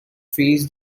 phase